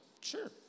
Sure